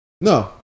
No